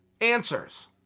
answers